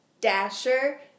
Dasher